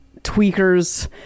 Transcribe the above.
tweakers